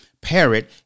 parrot